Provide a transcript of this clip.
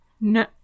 No